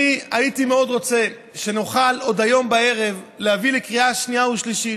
הייתי מאוד רוצה שנוכל עוד היום בערב להביא לקריאה שנייה ושלישית.